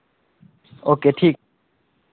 ओ के ठीक